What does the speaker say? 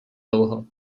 dlouho